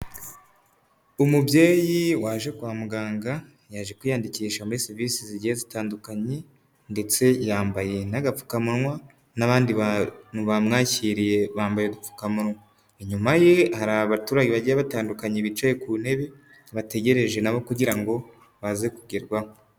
Umubyeyi waje kwa muganga, yaje kwiyandikisha muri serivisi zigiye zitandukanye ndetse yambaye n'agapfukamunwa n'abandi bantu bamwakiriye bambaye udupfukamunwa, inyuma ye hari abaturage bagiye batandukanye bicaye ku ntebe, bategereje na bo kugira ngo baze kugerwaho.